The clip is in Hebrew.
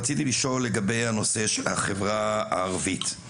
רציתי לשאול לגבי הנושא של החברה הערבית,